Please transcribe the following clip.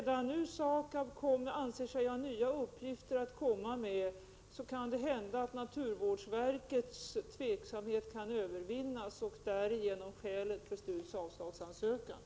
När nu SAKAB anser sig ha nya uppgifter att komma med kan det hända att naturvårdsverkets tveksamhet kan övervinnas och därigenom skälet till STU:s beslut om avslag.